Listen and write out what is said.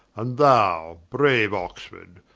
and thou, braue oxford,